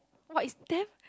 !wah! it's damn